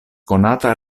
konata